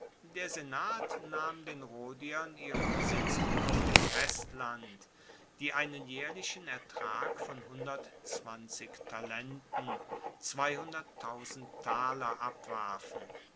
der senat nahm den rhodiern ihre besitzungen auf dem festland die einen jaehrlichen ertrag von talenten abwarfen